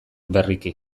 berriki